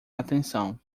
atenção